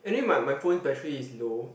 anyway my my phone battery is low